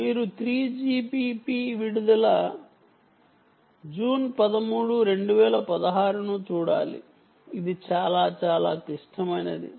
మీరు 3GPP విడుదల 13 June 2016 ను చూడాలి ఇది చాలా చాలా క్లిష్టమైనది